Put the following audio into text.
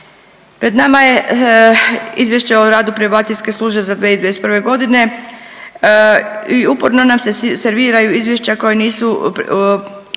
Pred nama je Izvješće o radu Probacijske službe za 2021.g. i uporno nam se serviraju izvješća koja nisu